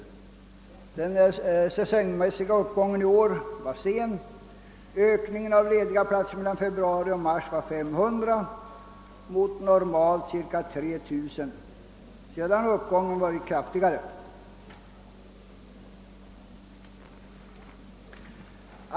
Den säsongmässiga uppgången i år var sen. Ökningen av lediga platser mellan februari och mars utgjorde 500 mot normalt cirka 3000. Sedan har uppgången varit kraftigare.